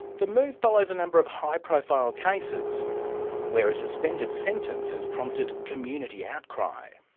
the move follows a number of high profile cases where a suspended sentence has prompted community outcry.